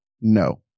no